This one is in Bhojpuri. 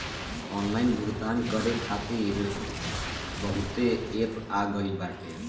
ऑनलाइन भुगतान करे खातिर बहुते एप्प आ गईल बाटे